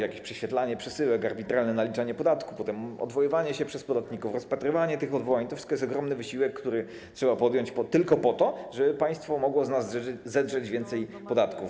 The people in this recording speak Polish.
Jakieś prześwietlanie przesyłek, arbitralne naliczanie podatku, potem odwoływanie się przez podatników, rozpatrywanie tych odwołań - to wszystko to ogromny wysiłek, który trzeba podjąć tylko po to, żeby państwo mogło z nas zedrzeć więcej podatków.